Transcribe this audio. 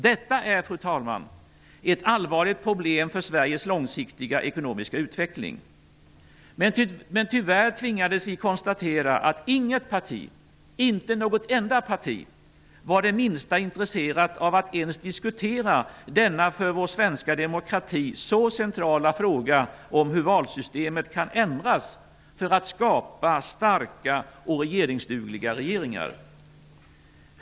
Detta är, fru talman, ett allvarligt problem för Men tyvärr tvingades vi konstatera att inte något enda parti var det minsta intresserat av att ens diskutera denna för vår svenska demokrati så centrala fråga om hur valsystemet kan ändras för att skapa starka och regeringsdugliga regeringar.